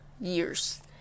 years